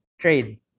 trade